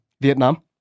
vietnam